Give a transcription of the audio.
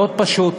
מאוד פשוט.